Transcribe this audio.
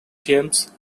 james